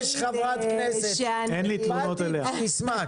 השר לפיתוח הפריפריה, הנגב